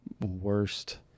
worst